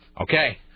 Okay